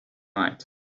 night